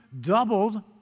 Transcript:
doubled